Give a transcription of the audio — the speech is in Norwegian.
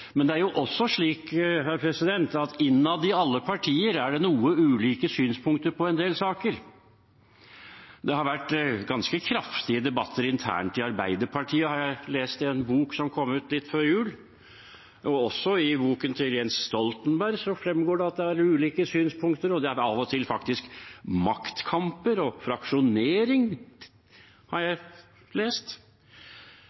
Men det er også slik at innad i alle partier er det noe ulike synspunkter på en del saker. Det har vært ganske kraftige debatter internt i Arbeiderpartiet, har jeg lest i en bok som kom ut litt før jul, og også i boken til Jens Stoltenberg fremgår det at det er ulike synspunkter, og det er av og til faktisk maktkamper og fraksjonering, har jeg